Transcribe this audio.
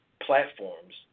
platforms